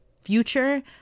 Future